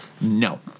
No